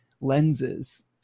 lenses